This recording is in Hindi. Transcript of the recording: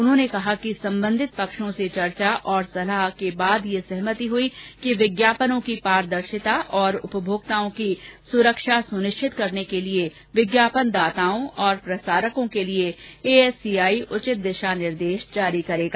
उन्होने कहा कि संबंधित पक्षों से चर्चा और सलाह के बाद यह सहमति हुई कि विज्ञापनों की पारदर्शिता और उपभोक्ताओं की सुरक्षा सुनिश्चित करने के लिये विज्ञापनदाताओं और प्रसारकों के लिये एएससीआई उचित दिशा निर्देश जारी करेगा